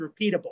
repeatable